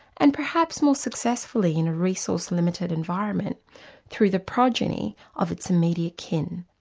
and perhaps more successfully in a resource limited environment through the progeny of its immediate kin.